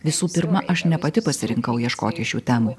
visų pirma aš ne pati pasirinkau ieškoti šių temų